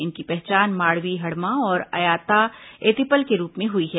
इनकी पहचान माड़वी हड़मा और अयाता एतेपल के रूप में हुई है